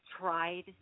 tried